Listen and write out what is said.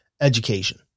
education